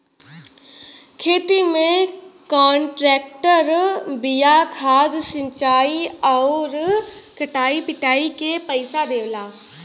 खेती में कांट्रेक्टर बिया खाद सिंचाई आउर कटाई पिटाई के पइसा देवला